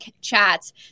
chats